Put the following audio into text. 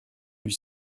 lui